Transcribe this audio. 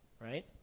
Right